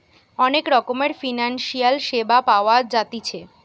অনেক রকমের ফিনান্সিয়াল সেবা পাওয়া জাতিছে